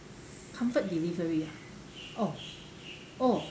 comfort delivery ah oh oh